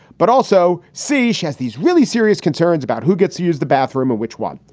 but also, c, she has these really serious concerns about who gets to use the bathroom in which one.